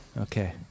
Okay